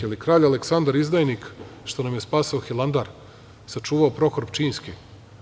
Jel kralj Aleksandar izdajnik što nam je spasao Hilandar, sačuvao Prohor Pčinjski?